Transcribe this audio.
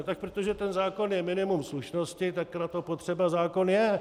Tak protože ten zákon je minimum slušnosti, tak na to potřeba zákon je.